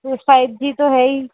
ये five G तो है ही